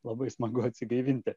labai smagu atsigaivinti